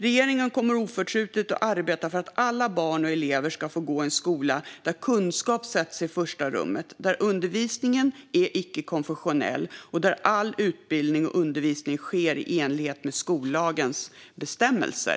Regeringen kommer att oförtrutet arbeta för att alla barn och elever ska få gå i en skola där kunskap sätts i första rummet, där undervisningen är icke-konfessionell och där all utbildning och undervisning sker i enlighet med skollagens bestämmelser.